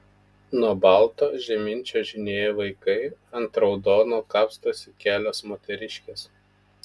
nuo balto žemyn čiuožinėja vaikai ant raudono kapstosi kelios moteriškės